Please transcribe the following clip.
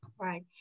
right